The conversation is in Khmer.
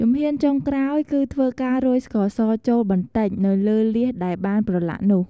ជំហានចុងក្រោយ គឺធ្វើការរោយស្ករសចូល បន្តិច នៅលើលៀសដែលបានប្រឡាក់នោះ។